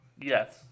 yes